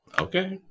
Okay